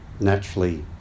naturally